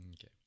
Okay